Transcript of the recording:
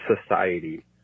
society